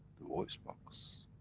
the voice box,